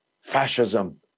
fascism